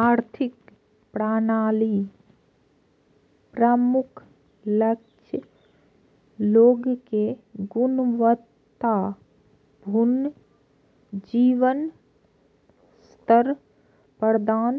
आर्थिक प्रणालीक प्रमुख लक्ष्य लोग कें गुणवत्ता पूर्ण जीवन स्तर प्रदान